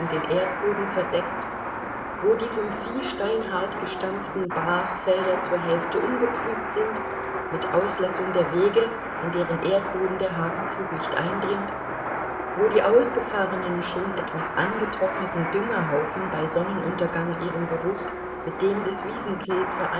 den erdboden verdeckt wo die vom vieh steinhart gestampften brachfelder zur hälfte umgepflügt sind mit auslassung der wege in deren erdboden der hakenpflug nicht eindringt wo die ausgefahrenen schon etwas angetrockneten düngerhaufen bei sonnenuntergang ihren geruch mit dem des